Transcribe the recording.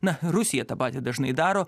na rusija tą patį dažnai daro